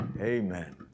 Amen